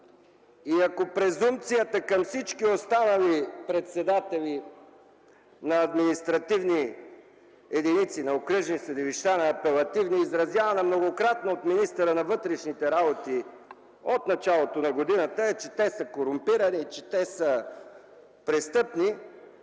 Ако презумпцията към всички останали председатели на административни единици, на окръжни и на апелативни съдилища, изразявана многократно от министъра на вътрешните работи от началото на годината, е, че те са корумпирани, че са престъпни,